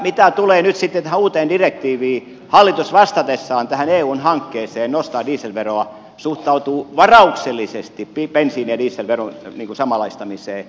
mitä tulee nyt sitten tähän uuteen direktiiviin hallitus vastatessaan tähän eun hankkeeseen nostaa dieselveroa suhtautuu varauksellisesti bensiini ja dieselveron samanlaistamiseen